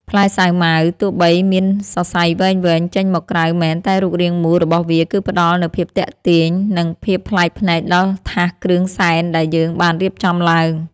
ផ្លែសាវម៉ាវទោះបីមានសសៃវែងៗចេញមកក្រៅមែនតែរូបរាងមូលរបស់វាគឺផ្តល់នូវភាពទាក់ទាញ និង ភាពប្លែកភ្នែកដល់ថាសគ្រឿងសែនដែលយើងបានរៀបចំឡើង។